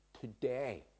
today